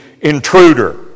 intruder